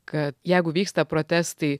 kad jeigu vyksta protestai